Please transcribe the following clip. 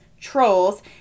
trolls